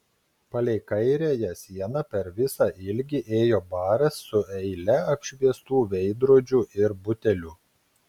palei kairiąją sieną per visą ilgį ėjo baras su eile apšviestų veidrodžių ir butelių